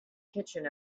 kitchen